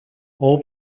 all